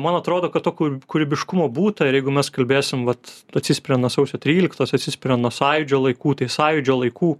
man atrodo kad to kur kūrybiškumo būta ir jeigu mes kalbėsim vat atsispiria nuo sausio tryliktos atsispiria nuo sąjūdžio laikų tai sąjūdžio laikų